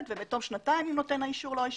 ובתום שנתיים אם נותן האישור לא השיב,